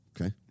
Okay